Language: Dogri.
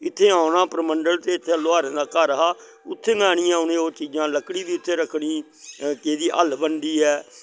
इत्थें औना लोकें ते इत्थें लुहारें दा घर हा उत्थें गै आहनियै उनें ओह् चीजां लकड़ी बी उत्थें गै रक्खनी केह्दी हल्ल बनदी ऐ